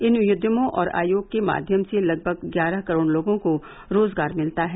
इन उद्यमों और आयोग के माध्यम से लगभग ग्यारह करोड़ लोगों को रोजगार मिलता है